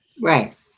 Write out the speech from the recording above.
right